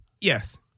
Yes